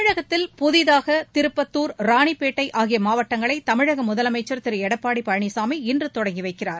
தமிழகத்தில் புதிதாக திருப்பத்தூர் ராணிப்பேட்டை ஆகிய மாவட்டங்களை தமிழக முதலமைச்சர் திரு எடப்பாடி பழனிசாமி இன்று தொடங்கி வைக்கிறார்